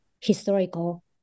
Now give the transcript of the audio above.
historical